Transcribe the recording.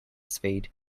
speed